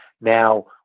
Now